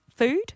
Food